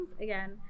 again